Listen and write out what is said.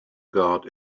guard